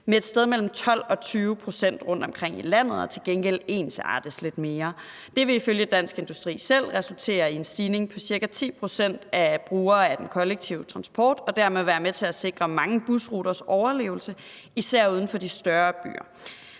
med et sted mellem 12 og 20 pct. rundtomkring i landet og til gengæld ensartes lidt mere. Det vil ifølge Dansk Industri selv resultere i en stigning på cirka 10 pct. af brugere af den kollektive transport og dermed være med til at sikre mange busruters overlevelse, især uden for de større byer.